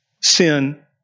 sin